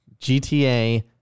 GTA